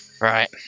Right